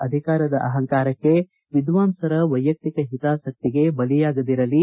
ಅಧಿಕಾರದ ಅಪಂಕಾರಕ್ಕೆ ವಿದ್ವಾಂಸರುಗಳ ವೈಯಕ್ತಿಕ ಹಿತಾಸಕ್ತಿಗೆ ಬಲಿಯಾಗದಿರಲಿ